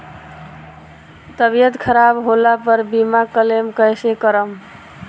तबियत खराब होला पर बीमा क्लेम कैसे करम?